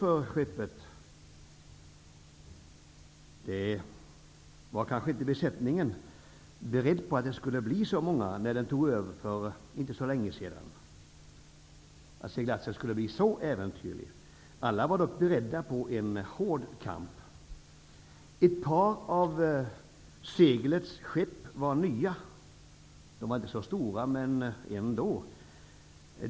Besättningen var kanske inte beredd på att det skulle bli så många svårigheter och att seglatsen skulle bli så äventyrlig när den tog över för inte så länge sedan. Alla var dock beredda på en hård kamp. Ett par av skeppets segel var nya. De var inte så stora -- men ändå.